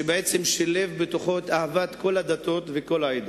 שבעצם שילב בתוכו את אהבת כל הדתות וכל העדות.